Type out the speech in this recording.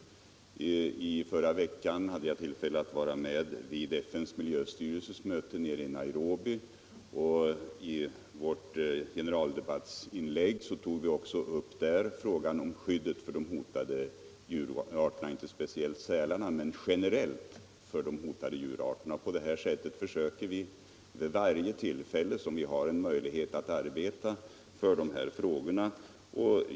I förra veckan hade jag också tillfälle att vara med vid FN:s miljöstyrelses möte i Nairobi. I ett generaldebattsinlägg tog vi där också upp frågan om skyddet för de hotande djurarterna. På det sättet försöker vi vid varje tillfälle då vi har möjligheter därtill att arbeta för dessa frågor.